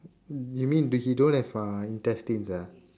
you mean but he don't have uh intestines ah